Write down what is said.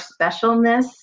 specialness